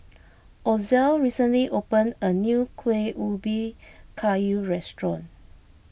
Ozell recently opened a new Kueh Ubi Kayu restaurant